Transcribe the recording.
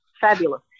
fabulous